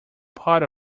part